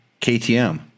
KTM